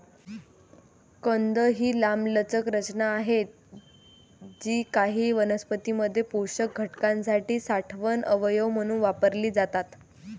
कंद ही लांबलचक रचना आहेत जी काही वनस्पतीं मध्ये पोषक घटकांसाठी साठवण अवयव म्हणून वापरली जातात